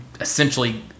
essentially